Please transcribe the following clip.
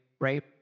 right